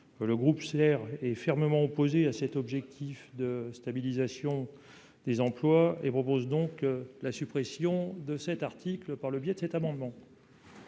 le groupe CR est fermement opposée à cet objectif de stabilisation des emplois et propose donc la suppression de cet article par le biais de cet amendement.